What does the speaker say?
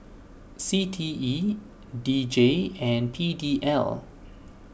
C T E D J and P D L